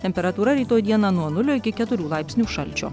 temperatūra rytoj dieną nuo nulio iki keturių laipsnių šalčio